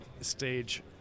stage